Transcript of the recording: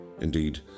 Indeed